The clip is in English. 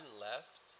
left